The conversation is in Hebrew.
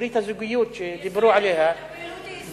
ברית הזוגיות שדיברו עליה, את הפעילות הישראלית.